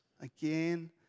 again